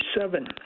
seven